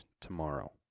tomorrow